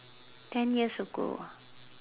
ten years ago